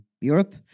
Europe